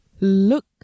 Look